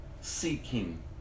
seeking